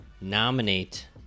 Nominate